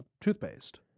toothpaste